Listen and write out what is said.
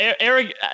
Eric